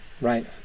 right